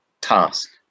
task